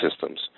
systems